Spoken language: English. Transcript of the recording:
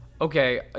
Okay